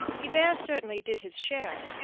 hebert certainly did his share.